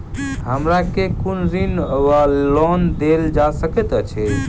हमरा केँ कुन ऋण वा लोन देल जा सकैत अछि?